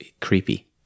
Creepy